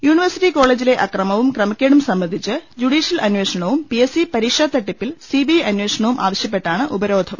യൂണി varsity കോളജിലെ അക്രമവും ക്രമക്കേടും സംബന്ധിച്ച് ജുഡീഷ്യൽ അന്വേഷണവും പി എസ് സി പരീക്ഷാത്തട്ടിപ്പ് സി ബി ഐ അന്വേഷണവും ആവശ്യപ്പെട്ടാണ് ഉപരോധം